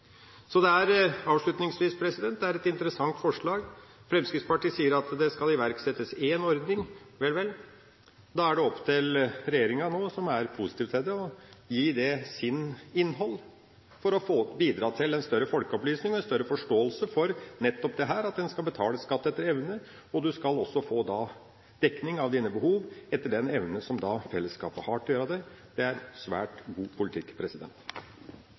Det er et interessant forslag. Fremskrittspartiet sier at det skal iverksettes en ordning. Vel – da er det opp til regjeringa, som er positiv til det, å gi det sitt innhold, for å bidra til større folkeopplysning og større forståelse for nettopp dette at en skal betale skatt etter evne, og at en også skal få dekket sine behov etter den evne fellesskapet har til å gjøre det. Det er svært god politikk.